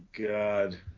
god